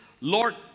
Lord